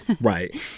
Right